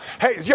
Hey